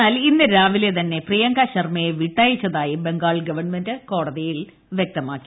എന്നാൽ ഇന്ന് രാവിലെ തന്നെ പ്രിയങ്ക ശർമ്മയെ വിട്ടയച്ചതായി ബംഗാൾ ഗവൺമെന്റ് കോടതിയിൽ വ്യക്തമാക്കി